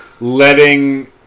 letting